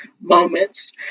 moments